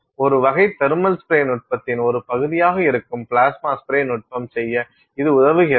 ஒரு வகை thermal spray நுட்பத்தின் ஒரு பகுதியாக இருக்கும் பிளாஸ்மா ஸ்ப்ரே நுட்பம் செய்ய இது உதவுகிறது